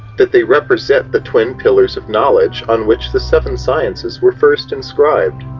that they represent the twin pillars of knowledge on which the seven sciences were first inscribed.